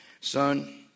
Son